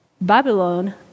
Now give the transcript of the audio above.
Babylon